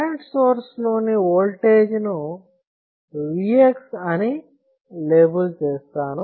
current సోర్స్లోని voltage ను Vx అని లేబుల్ చేస్తాను